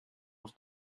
off